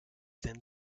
then